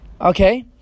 okay